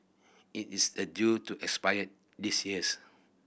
it is a due to expire this years